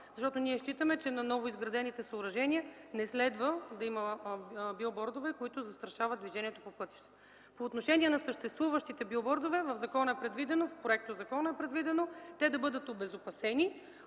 защото ние считаме, че на новоизградените съоръжения не следва да има билбордове, които застрашават движението по пътищата. По отношение на съществуващите билбордове в законопроекта е предвидено да бъдат обезопасени,